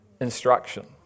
instruction